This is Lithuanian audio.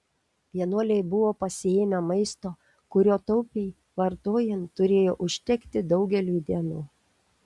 vienuoliai buvo pasiėmę maisto kurio taupiai vartojant turėjo užtekti daugeliui dienų